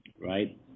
right